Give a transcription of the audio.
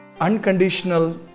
Unconditional